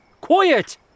Quiet